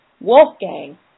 Wolfgang